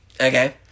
okay